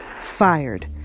fired